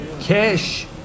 Cash